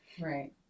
Right